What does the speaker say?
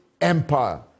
empire